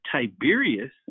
Tiberius